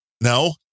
No